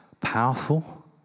powerful